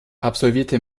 absolvierte